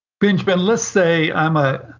benjamin, let's say i'm a,